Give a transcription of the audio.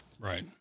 Right